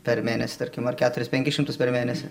per mėnesį tarkim ar keturis penkis šimtus per mėnesį